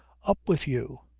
up with you.